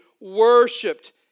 worshipped